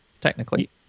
technically